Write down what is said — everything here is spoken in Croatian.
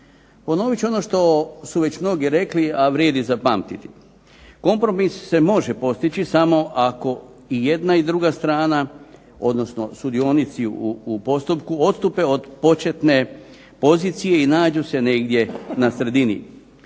Ponovit ću ono što su već mnogi rekli, a vrijedi zapamtiti. Kompromis se može postići samo ako i jedna i druga strana, odnosno sudionici u postupku, odstupe od početne pozicije i nađu se negdje na sredini,